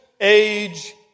age